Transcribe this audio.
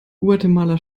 guatemala